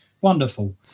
wonderful